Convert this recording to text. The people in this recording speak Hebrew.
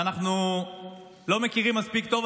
ואנחנו לא מכירים מספיק טוב,